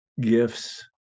gifts